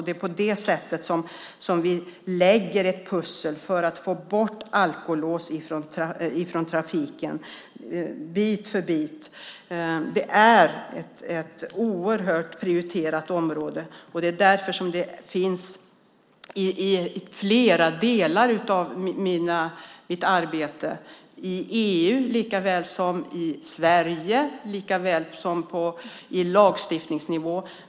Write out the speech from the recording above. Det är på det sättet som vi lägger ett pussel för att få bort alkohol från trafiken bit för bit. Det är ett oerhört prioriterat område som finns i flera delar av mitt arbete i EU likaväl som på lagstiftningsnivå.